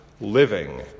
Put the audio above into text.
living